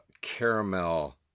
caramel